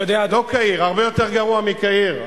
--- לא קהיר, הרבה יותר גרוע מקהיר.